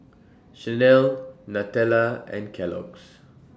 Chanel Nutella and Kellogg's